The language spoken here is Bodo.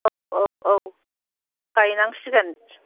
औ औ औ गायनांसिगोन